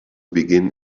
begin